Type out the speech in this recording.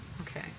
Okay